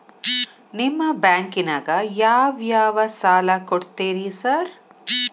ನಿಮ್ಮ ಬ್ಯಾಂಕಿನಾಗ ಯಾವ್ಯಾವ ಸಾಲ ಕೊಡ್ತೇರಿ ಸಾರ್?